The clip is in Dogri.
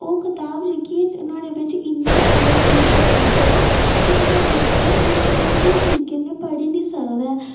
ओह् कताब जेह्की ऐ ते नुहाड़े बिच इन्ना जादा सलेबस दित्ते दा कि जेह्का बच्चा ऐ ओह् पूरा स्हेई तरीके नै पढ़ी निं सकदा ऐ